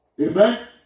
amen